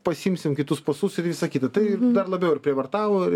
pasiimsim kitus pasus ir visą kitą tai dar labiau ir prievartavo